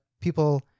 people